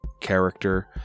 character